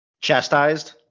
chastised